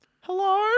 Hello